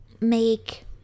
make